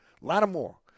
Lattimore